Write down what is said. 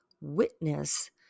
witness